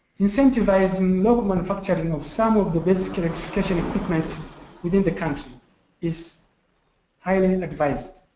incentivizing local manufacturing of some of the basic electrification equipment within the country is highly and advised.